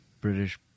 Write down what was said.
British